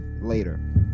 later